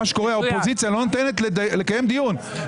מה שקורה, האופוזיציה לא נותנת לקיים דיון.